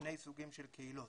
לשני סוגים של קהילות.